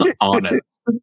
honest